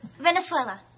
Venezuela